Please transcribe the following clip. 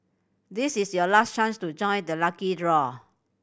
this is your last chance to join the lucky draw